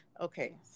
Okay